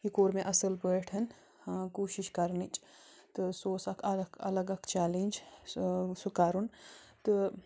یہِ کوٚر مےٚ اَصٕل پٲٹھۍ ہاں کوٗشش کَرنٕچ تہٕ سُہ اوس اَکھ الگ اَلگ اَکھ چَلینج سُہ سُہ کَرُن تہٕ